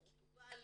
פורטוגזית,